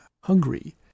Hungary